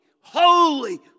holy